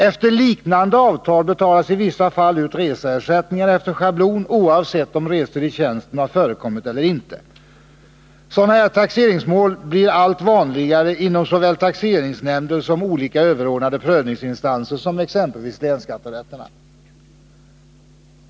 Efter liknande avtal betalas det i vissa fall ut reseersättningar efter schablon, oavsett om resor i tjänsten förekommit eller inte. Sådana här taxeringsmål blir allt vanligare inom såväl taxeringsnämnder som olika överordnade prövningsinstanser, som exempelvis länsskatterätterna.